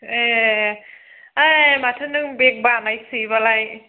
ए ओइ माथो नों बेग बानायसोयोबालाय